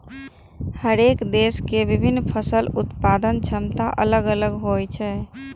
हरेक देशक के विभिन्न फसलक उत्पादन क्षमता अलग अलग होइ छै